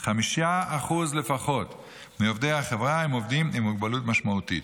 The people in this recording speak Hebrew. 5% לפחות מעובדי החברה הם עובדים עם מוגבלות משמעותית.